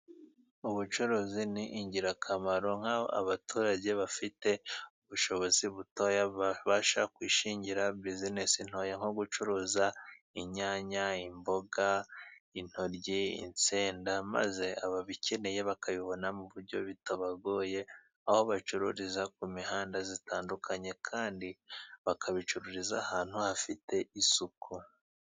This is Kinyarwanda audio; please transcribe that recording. Ubucuruzi ni ingirakamaro nkaho abaturage bafite ubushobozi butoya babasha kwishingira bizinesi ntoya nko gucuruza inyanya, imboga, intoryi, insenda maze ababikeneye bakabibona mu buryo bitabagoye. Aho bacururiza ku mihanda itandukanye kandi bakabicururiza ahantu hafite isuku.